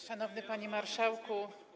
Szanowny Panie Marszałku!